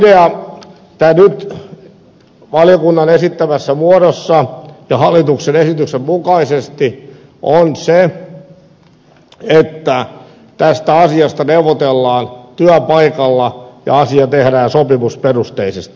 tämä idea valiokunnan nyt esittämässä muodossa ja hallituksen esityksen mukaisesti on se että tästä asiasta neuvotellaan työpaikalla ja asia tehdään sopimusperusteisesti